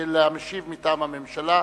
של המשיב מטעם הממשלה,